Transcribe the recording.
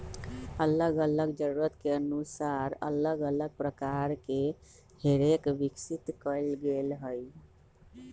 अल्लग अल्लग जरूरत के अनुसार अल्लग अल्लग प्रकार के हे रेक विकसित कएल गेल हइ